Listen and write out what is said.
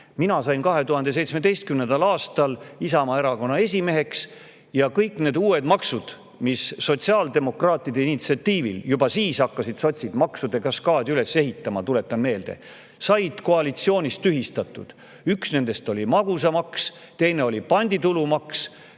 Mina sain 2017. aastal Isamaa Erakonna esimeheks ja kõik need uued maksud, mida sotsiaaldemokraatide initsiatiivil [taheti kehtestada] – juba siis hakkasid sotsid maksude kaskaadi üles ehitama, tuletan meelde –, said koalitsioonis tühistatud. Üks nendest oli magusamaks, teine oli panditulumaks